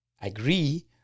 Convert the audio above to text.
agree